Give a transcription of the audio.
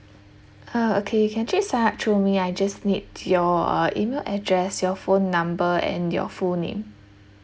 uh okay you can actually sign up through me I just need your uh email address your phone number and your full name